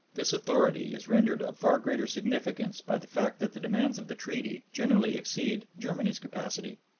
this authority is rendered of far greater significance by the fact that the demands of the treaty generally exceed germany's capacity.